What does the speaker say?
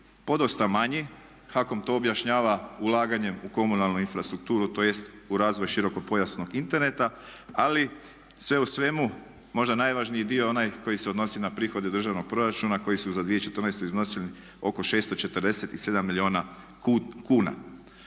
podosta manji. HAKOM to objašnjava ulaganjem u komunalnu infrastrukturu, tj. u razvoj širokopojasnog interneta. Ali sve u svemu, možda najvažniji dio onaj koji se odnosi na prihode državnog proračuna koji su za 2014. iznosili oko 647 milijuna kuna.